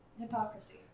hypocrisy